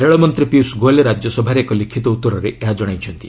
ରେଳମନ୍ତ୍ରୀ ପିୟୁଷ୍ ଗୋୟଲ୍ ରାଜ୍ୟସଭାରେ ଏକ ଲିଖିତ ଉତ୍ତରରେ ଏହା କହିଛନ୍ତି